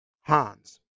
Hans